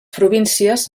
províncies